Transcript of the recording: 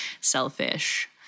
selfish